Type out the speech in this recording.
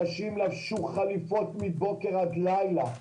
אנשים לבשו חליפות מבוקר על לילה,